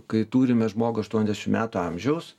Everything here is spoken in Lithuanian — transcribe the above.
kai turime žmogui aštuoniasdešim metų amžiaus